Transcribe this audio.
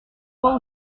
voix